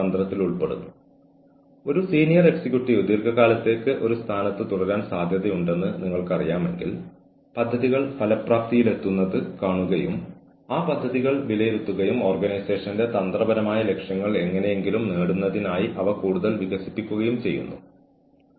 കൂടാതെ human resource manager എന്ന നിലയിൽ എന്താണ് സംഭവിക്കുന്നതെന്ന് മനസിലാക്കുകയും ഈ സാഹചര്യത്തെ നേരിടാൻ ഒരു തന്ത്രം കൊണ്ടുവരികയും ചെയ്യേണ്ടത് നിങ്ങളുടെ ജോലിയാണ്